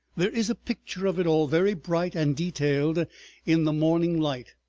there is a picture of it all, very bright and detailed in the morning light,